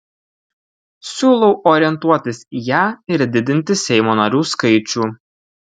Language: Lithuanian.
siūlau orientuotis į ją ir didinti seimo narių skaičių